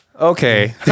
Okay